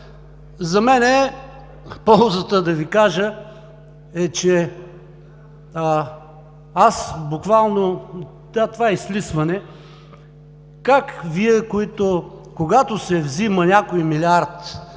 За мен ползата, да Ви кажа, е, че аз буквално, да, това изтрисване, как Вие, когато се взема някой милиард